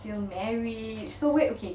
till married so wait okay